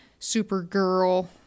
Supergirl